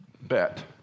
bet